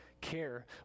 care